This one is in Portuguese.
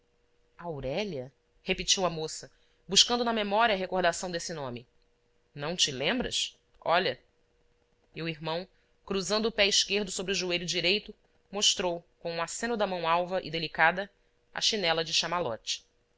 aurélia repetiu a moça buscando na memória recordação desse nome não te lembras olha e o irmão cruzando o pé esquerdo sobre o joelho direito mostrou com um aceno da mão alva e delicada a chinela de